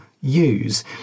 use